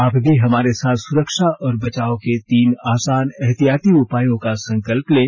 आप भी हमारे साथ सुरक्षा और बचाव के तीन आसान एहतियाती उपायों का संकल्प लें